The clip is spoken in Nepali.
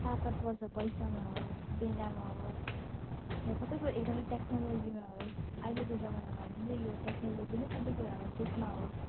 ताकतवर छ पैसामा होस् सेनामा होस् वा सबैै कुरा एकदम टेक्नोलोजीमा होस् अहिलेको जमानामा जुन चाहिँ यो टेक्नोलोजी नै सबै कुरा हो त्यसमा होस्